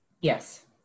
Yes